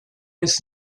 his